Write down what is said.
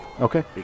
okay